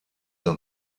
d’un